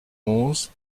onze